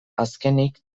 azkenik